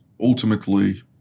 ultimately